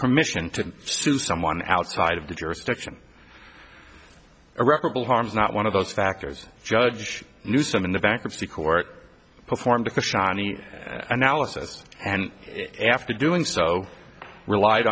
permission to sue someone outside of the jurisdiction irreparable harm is not one of those factors judge knew some in the bankruptcy court performed to shiny analysis and after doing so relied